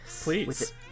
Please